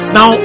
Now